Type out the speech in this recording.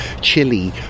chili